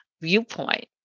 viewpoint